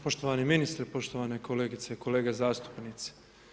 Poštovani ministre, poštovane kolegice i kolege zastupnici.